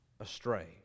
astray